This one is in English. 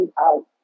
out